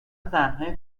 زنهای